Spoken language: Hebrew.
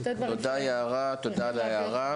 תודה, יערה, על ההערה.